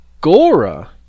Gora